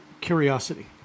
curiosity